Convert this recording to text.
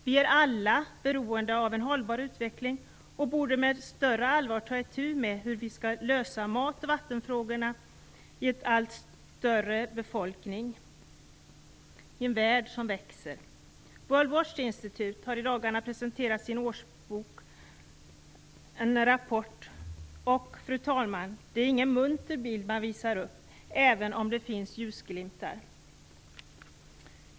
Vi är alla beroende av en hållbar utveckling och borde med större allvar ta itu med frågan om hur vi skall lösa mat och vattenfrågorna för en allt större befolkning i en värld som växer. World Watch Institute har i dagarna presenterat en rapport i sin årsbok. Fru talman! Det är ingen munter bild som visas upp, även om det finns ljusglimtar.